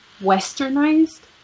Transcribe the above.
westernized